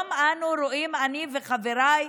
היום אנחנו רואים, אני וחבריי,